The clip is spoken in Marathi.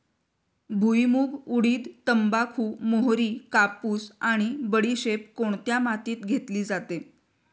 भुईमूग, उडीद, तंबाखू, मोहरी, कापूस आणि बडीशेप कोणत्या मातीत घेतली जाते?